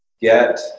get